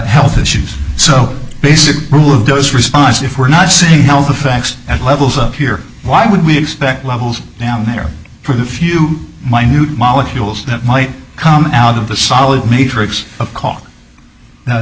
health issues so basic rule of goes response if we're not seeing health effects at levels up here why would we expect levels down there for the few minute molecules that might come out of the solid matrix